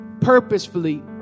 purposefully